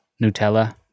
nutella